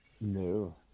No